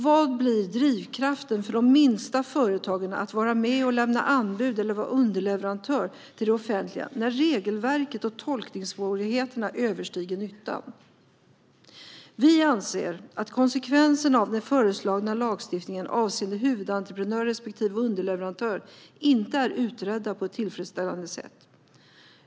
Vad blir drivkraften för de minsta företagen att vara med och lämna anbud eller vara underleverantör till det offentliga när regelverket och tolkningssvårigheterna överstiger nyttan? Vi anser att konsekvenserna av den föreslagna lagstiftningen avseende huvudentreprenör respektive underleverantör inte är utredda på ett tillfredsställande sätt.